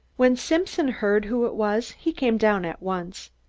when simpson heard who it was he came down at once.